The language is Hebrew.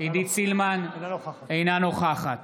אינה נוכחת